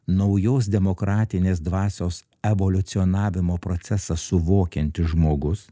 naujos demokratinės dvasios evoliucionavimo procesą suvokiantis žmogus